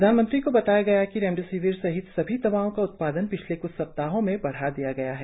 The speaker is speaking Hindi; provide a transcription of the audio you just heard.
प्रधानमंत्री को बताया गया कि रेमडिसिविर सहित सभी दवाओं का उत्पादन पिछले कुछ सप्ताहों में बढा दिया गया है